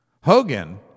Hogan